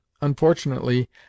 unfortunately